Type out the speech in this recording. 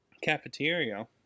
cafeteria